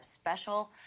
special